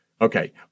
Okay